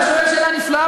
אתה שואל שאלה נפלאה,